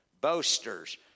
Boasters